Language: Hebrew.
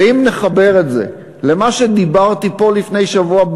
ואם נחבר את זה למה שדיברתי פה לפני שבוע,